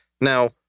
Now